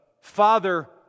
Father